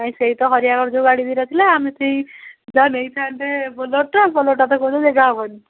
କାଇଁ ସେଇ ତ ହରିଆ ଘର ଯେଉଁ ଗାଡ଼ି ଦୁଇଟା ଥିଲା ଆମେ ସେଇ ଯାହା ନେଇଥାନ୍ତେ ବୋଲେରୋଟା ବୋଲେରୋଟା ତ କଣ ଜାଗା ହେବନି